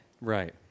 Right